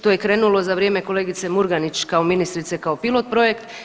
To je krenulo za vrijeme kolegice Murganić kao ministrice, kao pilot projekt.